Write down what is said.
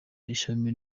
ishami